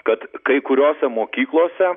kad kai kuriose mokyklose